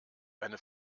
eine